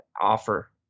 offer